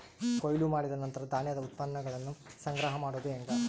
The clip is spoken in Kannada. ಕೊಯ್ಲು ಮಾಡಿದ ನಂತರ ಧಾನ್ಯದ ಉತ್ಪನ್ನಗಳನ್ನ ಸಂಗ್ರಹ ಮಾಡೋದು ಹೆಂಗ?